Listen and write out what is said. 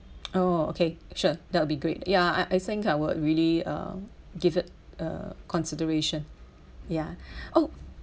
oh okay sure that will be great ya I I think I would really uh give it a consideration ya oh